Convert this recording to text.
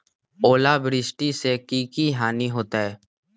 ओलावृष्टि से की की हानि होतै?